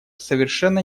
совершенно